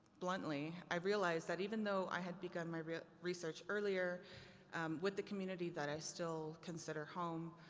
bluntly, i've realized that even though i had begun my research earlier with the community that i still consider home,